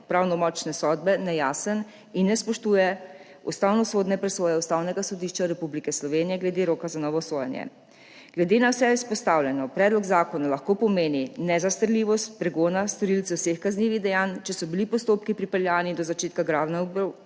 pravnomočne sodbe nejasen in ne spoštuje ustavnosodne presoje Ustavnega sodišča Republike Slovenije glede roka za novo sojenje. Glede na vse izpostavljeno predlog zakona lahko pomeni nezastarljivost pregona storilcev vseh kaznivih dejanj, če so bili postopki pripeljani do začetka glavne obravnave,